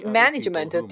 management